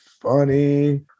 funny